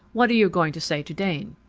what are you going to say to dane?